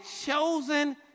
chosen